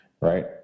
right